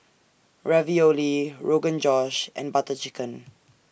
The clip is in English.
Ravioli Rogan Josh and Butter Chicken